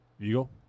Eagle